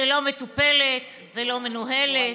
שלא מטופלת ולא מנוהלת.